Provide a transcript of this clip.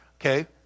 Okay